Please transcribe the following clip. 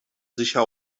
sicher